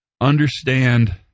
understand